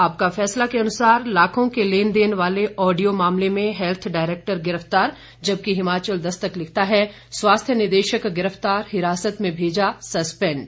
आपका फैसला के अनुसार लाखों के लेन देन वाले ऑडियो मामले में हेल्थ डायरेक्टर गिरफ्तार जबकि हिमाचल दस्तक लिखता है स्वास्थ्य निदेशक गिरफ्तार हिरासत में भेजा सस्पेंड